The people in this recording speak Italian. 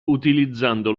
utilizzando